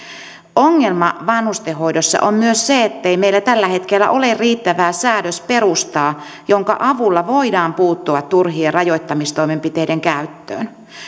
ongelma vanhustenhoidossa on myös se ettei meillä tällä hetkellä ole riittävää säädösperustaa jonka avulla voidaan puuttua turhien rajoittamistoimenpiteiden käyttöön